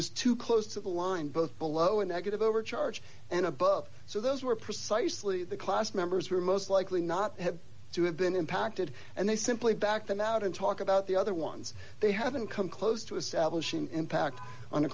was too close to the line both below a negative overcharge and above so those were precisely the class members were most likely not have to have been impacted and they simply back them out and talk about the other ones they haven't come close to establishing impact on